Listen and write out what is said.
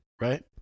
right